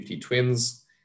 twins